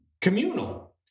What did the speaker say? communal